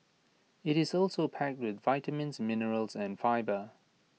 IT is also packed with vitamins minerals and fibre